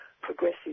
progressive